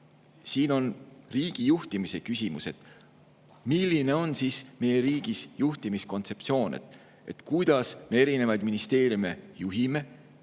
Siin on riigi juhtimise küsimus: milline on meie riigis juhtimiskontseptsioon? Kuidas me erinevaid ministeeriume juhime